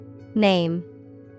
Name